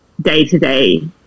day-to-day